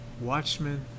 Watchmen